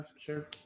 sure